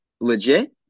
legit